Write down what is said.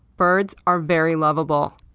birds are very loveable.